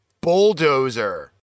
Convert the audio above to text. Bulldozer